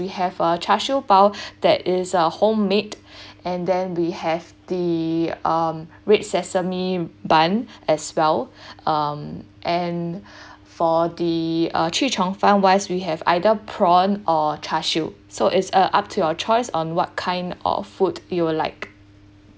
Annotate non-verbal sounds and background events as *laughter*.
we have uh char siew bao *breath* that is uh home made *breath* and then we have the um red sesame bun as well um and *breath* for the uh chee cheong fun wise we have either prawn or char siu so it's uh up to your choice on what kind of food you would like